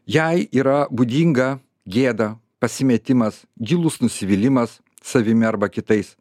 jai yra būdinga gėda pasimetimas gilus nusivylimas savimi arba kitais